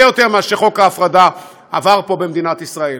יותר מאשר חוק ההפרדה עבר פה במדינת ישראל.